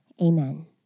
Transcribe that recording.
Amen